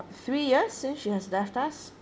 three years since she has left us